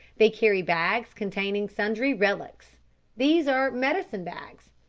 they carry bags containing sundry relics these are medicine bags.